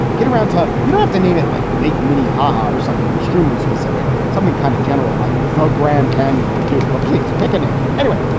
get around to, you know, have to name it like lake minnehaha or something extremely specific, something kind of general like the grand canyon will do. but please pick a name anyway.